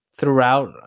throughout